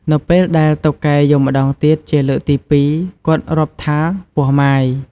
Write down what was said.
នៅពេលដែលតុកែយំម្ដងទៀត ជាលើកទី ២ គាត់រាប់ថា ពោះម៉ាយ ។